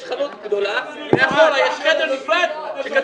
יש חנות גדולה ומאחורה יש חדר נפרד שכתוב